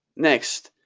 next,